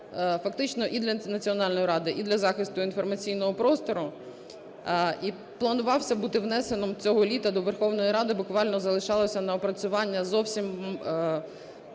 фактично і для Національної ради, і для захисту інформаційного простору, і планувався бути внесеним цього літа до Верховної Ради, буквально залишалося на опрацювання зовсім